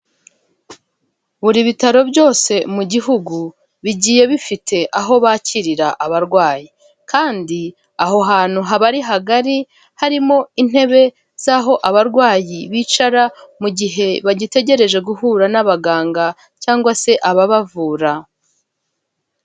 Buri bitaro byose mu gihugu bigiye bifite aho bakirira abarwayi, kandi aho hantu haba ari hagari, harimo intebe z'aho abarwayi bicara mu gihe bagitegereje guhura n'abaganga cyangwa se ababavura.